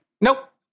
Nope